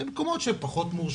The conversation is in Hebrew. במקומות שהם פחות מורשים,